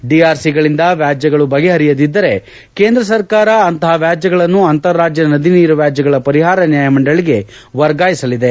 ಡಿಆರ್ಸಿಗಳಿಂದ ವ್ಯಾಜ್ಯಗಳು ಬಗೆಹರಿಯದಿದ್ದರೆ ಕೇಂದ್ರ ಸರ್ಕಾರ ಅಂತಹ ವ್ಯಾಜ್ಯಗಳನ್ನು ಅಂತರ ರಾಜ್ಯ ನದಿ ನೀರು ವ್ಯಾಜ್ಯಗಳ ಪರಿಹಾರ ನ್ಯಾಯಮಂಡಳಿಗೆ ವರ್ಗಾಯಿಸಲಿದೆ